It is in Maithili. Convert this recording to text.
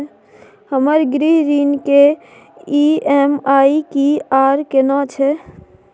हमर गृह ऋण के ई.एम.आई की आर केना छै?